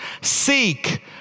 Seek